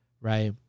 right